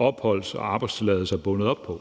opholds- og arbejdstilladelse er bundet op på.